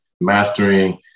mastering